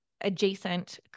adjacent